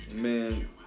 man